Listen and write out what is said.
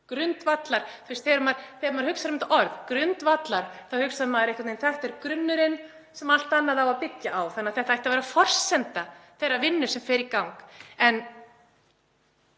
grundvallar. Þegar maður hugsar um orðið þá hugsar maður einhvern veginn: Þetta er grunnurinn sem allt annað á að byggja á, þannig að þetta ætti að vera forsenda þeirrar vinnu sem fer í gang.